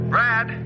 Brad